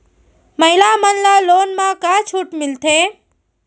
महिला मन ला लोन मा का छूट मिलथे?